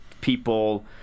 people